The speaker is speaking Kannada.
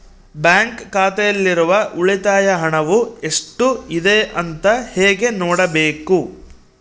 ಬ್ಯಾಂಕ್ ಖಾತೆಯಲ್ಲಿರುವ ಉಳಿತಾಯ ಹಣವು ಎಷ್ಟುಇದೆ ಅಂತ ಹೇಗೆ ನೋಡಬೇಕು?